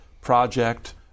project